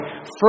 first